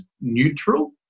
neutral